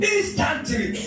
Instantly